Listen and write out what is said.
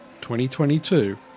2022